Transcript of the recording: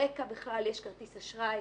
ברגע בכלל יש כרטיס אשראי.